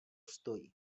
stojí